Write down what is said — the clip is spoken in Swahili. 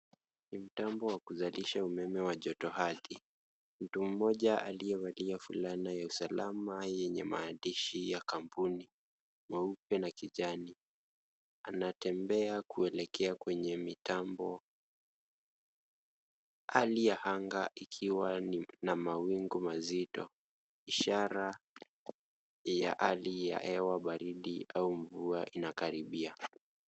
Ni mtambo wa kuzalisha umeme wa jotoardhi. Mtu mmoja aliyevalia fulana ya usalama yenye maandishi ya kampuni meupe na kijani anatembea kuelekea kwenye mitambo. Hali ya anga ikiwa na mawingu mazito ishara ya hali ya hewa baridi au mvua inakaribia.